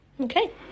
Okay